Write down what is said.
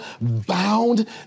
bound